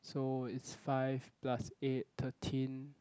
so it's five plus eight thirteen